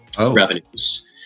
revenues